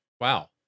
Wow